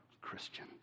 Christian